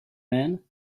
man